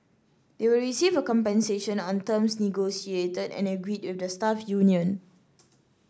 they will receive compensation on terms negotiated and agreed with the staff union